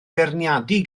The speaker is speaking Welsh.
feirniadu